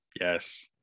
Yes